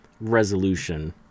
resolution